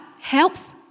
helps